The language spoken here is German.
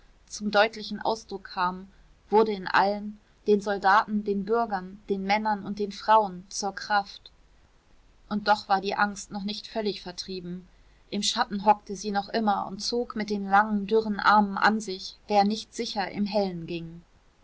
zum deutlichen ausdruck kam wurde in allen den soldaten den bürgern den männern und den frauen zur kraft und doch war die angst noch nicht völlig vertrieben im schatten hockte sie noch immer und zog mit den langen dürren armen an sich wer nicht sicher im hellen ging